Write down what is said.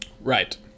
Right